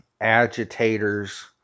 agitators